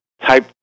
type